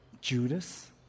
Judas